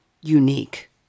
unique